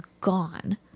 gone